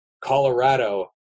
Colorado